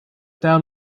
down